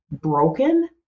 broken